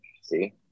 See